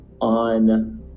on